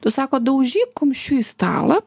tu sako daužyk kumščiu į stalą